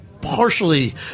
Partially